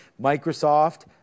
Microsoft